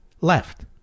left